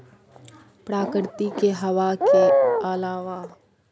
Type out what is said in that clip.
प्राकृतिक हवा के अलावे बिजली के पंखा से सेहो ओसौनी कैल जाइ छै